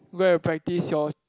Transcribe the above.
go and practise your